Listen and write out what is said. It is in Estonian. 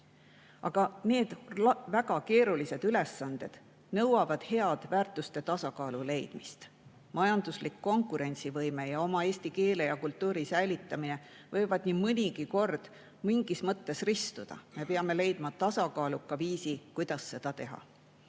Need väga keerulised ülesanded nõuavad head väärtuste tasakaalu leidmist. Majanduslik konkurentsivõime ja eesti keele ja kultuuri säilitamine võivad nii mõnigi kord mingis mõttes ristuda. Me peame leidma tasakaaluka viisi, kuidas seda teha.